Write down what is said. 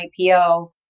IPO